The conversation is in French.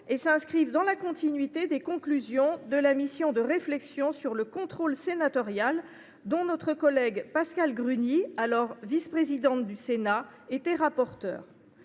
et s’inscrivent dans la continuité des conclusions de la mission de réflexion sur le contrôle sénatorial, dont notre collègue Pascale Gruny, alors vice présidente du Sénat, était le rapporteur.